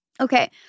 okay